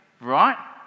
Right